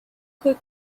could